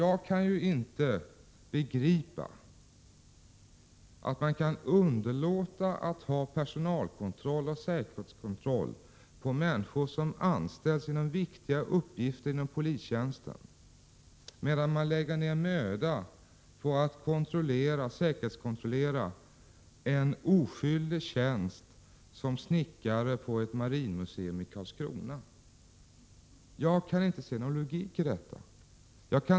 Jag kan inte begripa att man kan underlåta att göra personalkontroll och säkerhetskontroll på människor som anställs för viktiga uppgifter inom polistjänsten medan man lägger ner möda på att säkerhetskontrollera en oskyldig tjänst som snickare på ett marinmuseum i Karlskrona. Jag kan inte se någon logik i detta.